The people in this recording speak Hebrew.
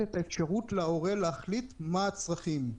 להורה את האפשרות להחליט מה הצרכים.